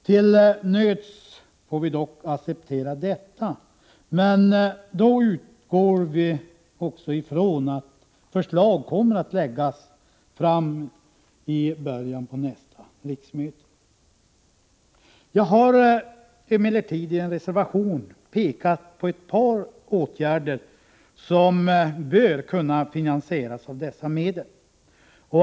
Till nöds får vi dock acceptera detta, men då utgår vi också från att förslag kommer att läggas fram i början på nästa riksmöte. Jag har emellertid i en reservation pekat på ett par åtgärder som bör kunna finansieras av dessa medel.